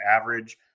average